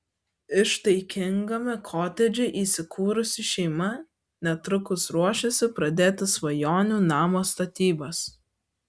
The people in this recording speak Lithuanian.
ištaigingame kotedže įsikūrusi šeima netrukus ruošiasi pradėti svajonių namo statybas